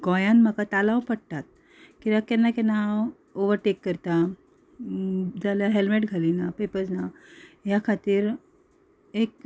गोंयान म्हाका तालांव पडटा किद्याक केन्ना केन्ना हांव ओवरटेक करता जाल्या हेल्मेट घालिना पेपर्स ना ह्या खातीर एक